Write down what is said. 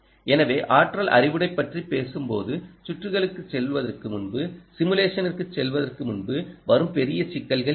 எனவேஆற்றல் அறுவடை பற்றி பேசும்போது சுற்றுகளுக்குச் செல்வதற்கு முன்பு சிமுலேஷனுக்குச் செல்வதற்கு முன்பு வரும் பெரிய சிக்கல்கள் என்ன